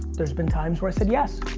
there's been times where i said, yes.